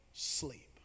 Sleep